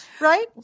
Right